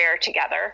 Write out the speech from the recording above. together